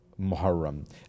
Muharram